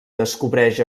descobreix